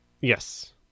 Yes